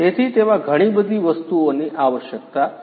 તેથી તેમાં ઘણી બધી વસ્તુઓની આવશ્યકતા છે